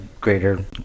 greater